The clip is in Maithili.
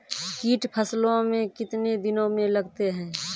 कीट फसलों मे कितने दिनों मे लगते हैं?